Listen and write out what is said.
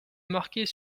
marquer